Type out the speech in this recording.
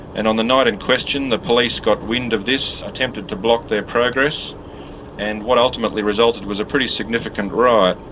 and on the night in question the police got wind of this, attempted to block their progress and what ultimately resulted was a pretty significant riot.